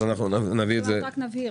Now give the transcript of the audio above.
רק נבהיר.